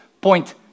point